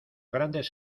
grandes